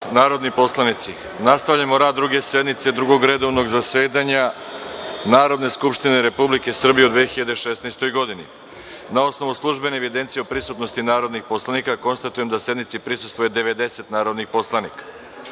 narodni poslanici, nastavljamo rad Druge sednice Drugog redovnog zasedanja Narodne skupštine Republike Srbije u 2016. godini. Na osnovu službene evidencije o prisutnosti narodnih poslanika, konstatujem da sednici prisustvuje 90 narodnih poslanika. Radi